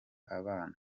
abana